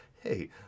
hey